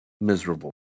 Miserable